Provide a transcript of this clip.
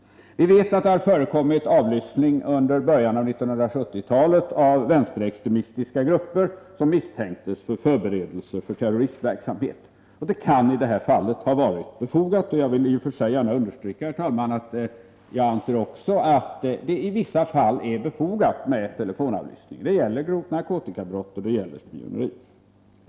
Vi vet att det har förekommit avlyssning under början av 1970-talet av vänsterextremistiska grupper som misstänktes för förberedelse till terroristverksamhet. Avlyssningen kan i de fallen ha varit befogad, och jag vill också gärna understryka att jag anser att det i vissa fall är befogat med telefonavlyssning då det gäller grovt narkotikabrott och då det gäller spioneri.